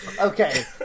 Okay